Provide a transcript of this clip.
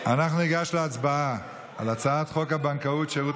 ניגש להצבעה על הצעת חוק הבנקאות (שירות